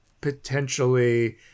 potentially